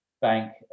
bank